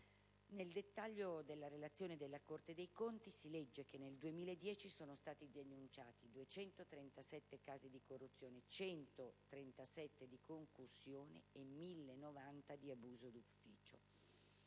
Nel dettaglio della relazione della Corte dei conti si legge che nel 2010 sono stati denunciati 237 casi di corruzione, 137 di concussione e 1090 di abuso d'ufficio.